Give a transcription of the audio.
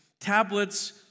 tablets